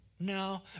No